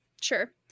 Sure